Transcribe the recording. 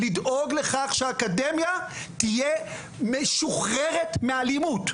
לדאוג לכך שהאקדמיה תהיה משוחררת מאלימות.